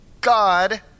God